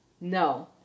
no